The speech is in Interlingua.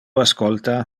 ascolta